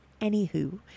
anywho